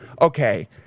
Okay